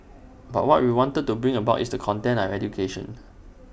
but what we wanted to bring about is the content of education